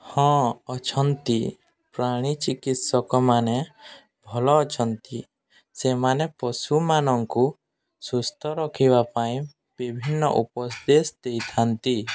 ହଁ ଅଛନ୍ତି ପ୍ରାଣୀ ଚିକିତ୍ସକମାନେ ଭଲ ଅଛନ୍ତି ସେମାନେ ପଶୁମାନଙ୍କୁ ସୁସ୍ଥ ରଖିବା ପାଇଁ ବିଭିନ୍ନ ଉପଦେଶ ଦେଇଥାନ୍ତି